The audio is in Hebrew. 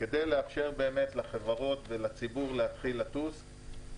כדי לאפשר באמת לחברות ולציבור להתחיל לטוס,